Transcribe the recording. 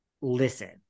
listen